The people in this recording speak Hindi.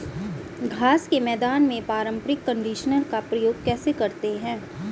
घास के मैदान में पारंपरिक कंडीशनर का प्रयोग कैसे करते हैं?